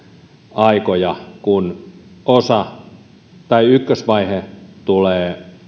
aikoja kun ykkösvaihe tulee